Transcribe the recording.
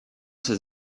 ses